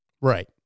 Right